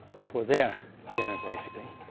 for their dinner basically.